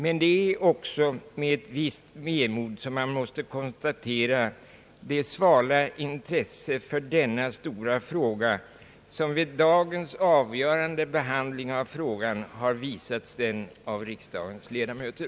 Det är emellertid också med ett visst vemod som jag måste konstatera det svala intresse för denna stora fråga som vid dagens avgörande behandling av frågan har visats av riksdagens ledamöter.